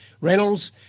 Reynolds